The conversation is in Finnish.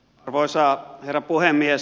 arvoisa herra puhemies